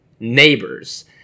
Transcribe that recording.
neighbors